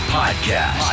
podcast